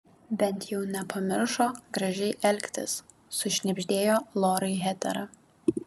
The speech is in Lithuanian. bent jau nepamiršo gražiai elgtis sušnibždėjo lorai hetera